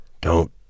Don't